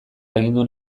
agindu